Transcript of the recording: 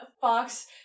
Fox